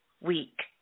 week